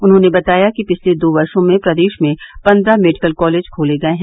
उन्होंने बताया कि पिछले दो वर्षो में प्रदेश में पन्द्रह मेडिकल कॉलेज खोले गये हैं